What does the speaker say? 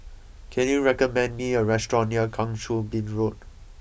can you recommend me a restaurant near Kang Choo Bin Road